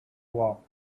wall